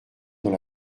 dans